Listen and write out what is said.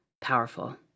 powerful